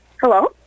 Hello